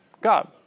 God